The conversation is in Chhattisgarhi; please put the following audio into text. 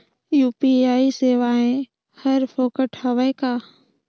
यू.पी.आई सेवाएं हर फोकट हवय का?